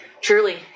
Truly